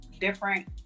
different